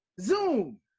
Zoom